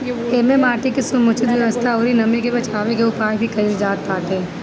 एमे माटी के समुचित व्यवस्था अउरी नमी के बाचावे के उपाय भी कईल जाताटे